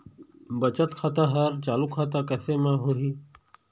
बचत खाता हर चालू खाता कैसे म होही?